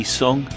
song